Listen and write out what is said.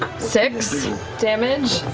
six damage.